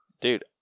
Dude